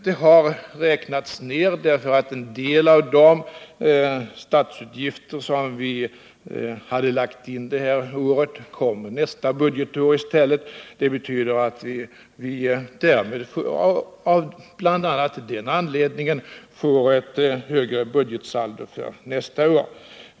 Det har räknats ner, därför att en del av de statsutgifter som vi hade räknat med innevarande år kommer nästa budgetår i stället. Det betyder att vi av bl.a. den anledningen får ett högre budgetsaldo nästa år.